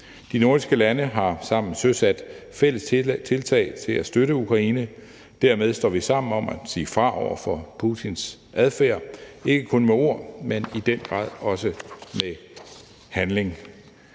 De nordiske lande har sammen søsat fælles tiltag for at støtte Ukraine. Dermed står vi sammen om at sige fra over for Putins adfærd, ikke kun med ord, men i den grad også med handling.